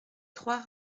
trois